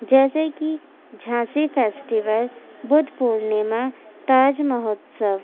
جیسےکہ جھانسی فیسٹیول بدھ پورنیما تاج مہوتسو